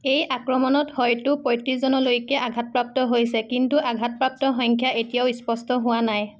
এই আক্ৰমণত হয়তো পঁয়ত্ৰিশজনলৈকে আঘাতপ্ৰাপ্ত হৈছে কিন্তু আঘাতপ্ৰাপ্তৰ সংখ্যা এতিয়াও স্পষ্ট হোৱা নাই